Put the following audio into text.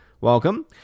Welcome